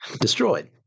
destroyed